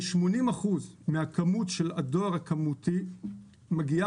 כ-80 אחוזים מהכמות של הדואר הכמותי מגיעה